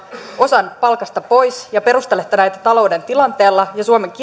osan palkasta pois ja perustelette näitä talouden tilanteella ja suomen kilpailukyvyllä niin te